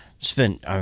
Spent